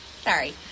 Sorry